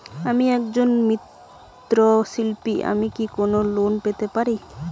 আমি একজন মৃৎ শিল্পী আমি কি কোন লোন পেতে পারি?